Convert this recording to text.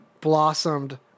blossomed